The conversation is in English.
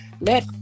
let